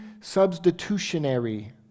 substitutionary